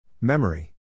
Memory